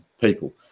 people